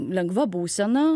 lengva būsena